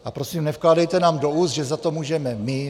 A prosím, nevkládejte nám do úst, že za to můžeme my.